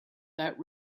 that